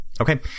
Okay